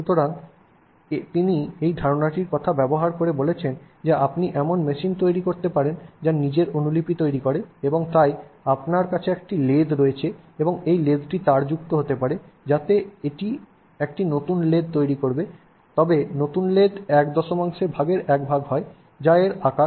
সুতরাং তিনি এই ধারণাটি ব্যবহার করে বলেছেন যে আপনি এমন মেশিন তৈরি করতে পারেন যা নিজের অনুলিপি তৈরি করে এবং তাই আপনার কাছে একটি লেদ রয়েছে এই লেদটি তারযুক্ত হতে পারে যাতে এটি একটি নতুন লেদ তৈরি করে তবে নতুন লেদ এক দশমাংশের এক ভাগ হয় যা এর আকার